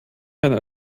einer